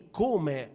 come